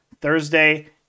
Thursday